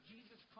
Jesus